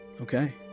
Okay